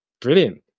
Brilliant